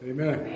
Amen